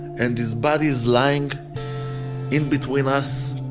and his body's lying in between us.